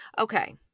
Okay